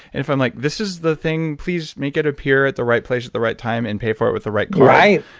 if i'm like, this is the thing, please make it appear at the right place at the right time and pay for it for with the right card. right.